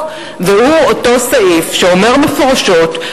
והוא אותו סעיף שאומר מפורשות,